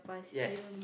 yes